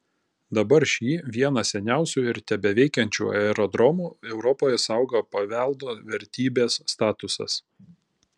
dabar šį vieną seniausių ir tebeveikiančių aerodromų europoje saugo paveldo vertybės statusas